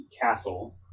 castle